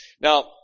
Now